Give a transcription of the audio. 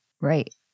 right